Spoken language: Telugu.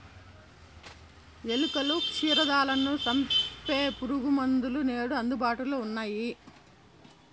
ఎలుకలు, క్షీరదాలను సంపె పురుగుమందులు నేడు అందుబాటులో ఉన్నయ్యి